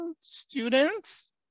students